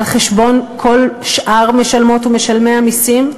על חשבון כל שאר משלמות ומשלמי המסים?